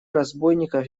разбойников